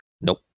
Nope